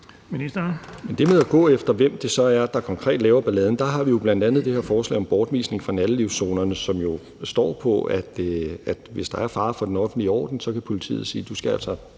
Men til det med at gå efter, hvem det konkret er, der laver balladen, har vi jo bl.a. det her forslag om bortvisning fra nattelivszonerne, som jo står på, at hvis der er fare for den offentlige orden, kan politiet sige: Du skal altså